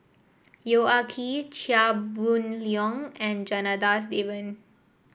Yong Ah Kee Chia Boon Leong and Janadas Devan